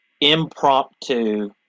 impromptu